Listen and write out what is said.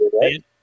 right